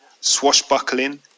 swashbuckling